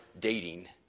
dating